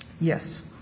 Yes